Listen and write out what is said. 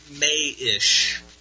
May-ish